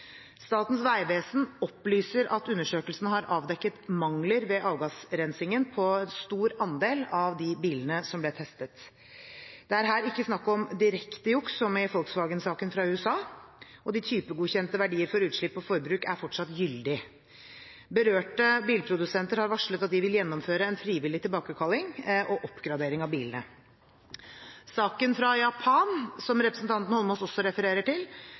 Statens vegvesen opplyser at undersøkelsen har avdekket mangler ved avgassrensingen på en stor andel av de bilene som ble testet. Det er her ikke snakk om direkte juks, som i Volkswagen-saken fra USA, og de typegodkjente verdiene for utslipp og forbruk er fortsatt gyldige. Berørte bilprodusenter har varslet at de vil gjennomføre en frivillig tilbakekalling og oppgradering av bilene. Saken fra Japan, som representanten Eidsvoll Holmås også refererer til,